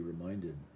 reminded